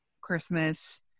Christmas